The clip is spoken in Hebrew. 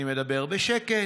אני מדבר בשקט,